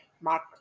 Mark